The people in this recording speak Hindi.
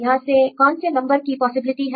यहां से कौन से नंबर की पॉसिबिलिटी है